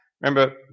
Remember